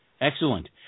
Excellent